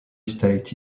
state